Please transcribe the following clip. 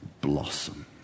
blossom